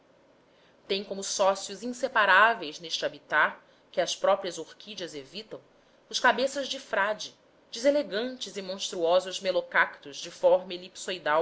têm como sócios inseparáveis neste habitat que as próprias orquídeas evitam os cabeças de frade deselegantes e monstruosos melocactos de forma